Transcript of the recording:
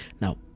Now